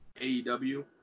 AEW